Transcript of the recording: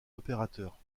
opérateurs